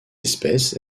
espèce